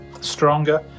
stronger